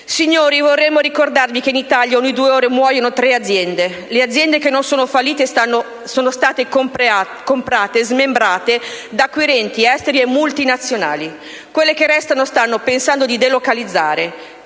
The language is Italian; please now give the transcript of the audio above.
Signori, vorremmo ricordarvi che in Italia ogni due ore muoiono tre aziende; quelle che non sono fallite sono state comprate e smembrate da acquirenti esteri e multinazionali; quelle che restano stanno pensando di delocalizzare.